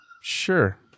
sure